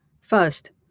First